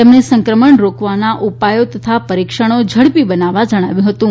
તેમણે સંક્રમણ રોકવાના ઉપાયો તથા પરીક્ષણો ઝડપી બનાવવા જણાવ્યું હતું